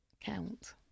count